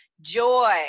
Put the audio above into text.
joy